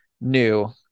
new